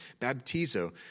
Baptizo